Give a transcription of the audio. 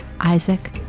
Isaac